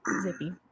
Zippy